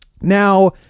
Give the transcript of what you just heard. Now